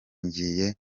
ngiye